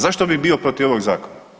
Zašto bi bio protiv ovog zakona?